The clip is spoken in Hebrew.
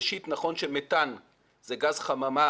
ראשית, נכון שמתאן הוא גז חממה